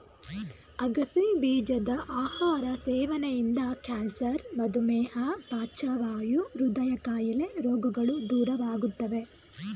ಅಗಸೆ ಬೀಜದ ಆಹಾರ ಸೇವನೆಯಿಂದ ಕ್ಯಾನ್ಸರ್, ಮಧುಮೇಹ, ಪಾರ್ಶ್ವವಾಯು, ಹೃದಯ ಕಾಯಿಲೆ ರೋಗಗಳು ದೂರವಾಗುತ್ತವೆ